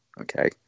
Okay